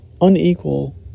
unequal